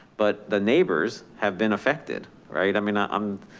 but the neighbors have been affected. right. i mean i'm,